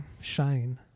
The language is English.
shine